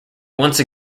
once